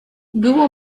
było